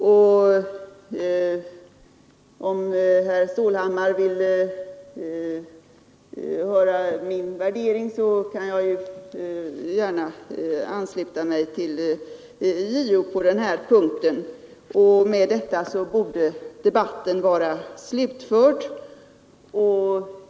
Om herr Stålhammar vill höra min värdering, så kan jag gärna säga att jag ansluter mig till JO på den punkten, Med detta borde debatten kunna vara slutförd.